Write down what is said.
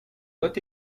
lot